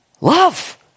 Love